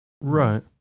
Right